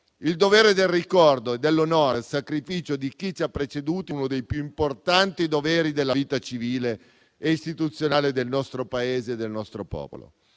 Il dovere del ricordo e dell'onore al sacrificio di chi ci ha preceduti è uno dei più importanti doveri della vita civile e istituzionale del nostro Paese e del nostro popolo.